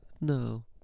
No